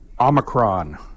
Omicron